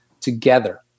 together